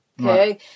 okay